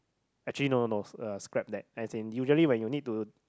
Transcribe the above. actually no no no uh scrap that as in usually when you need to